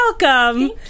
Welcome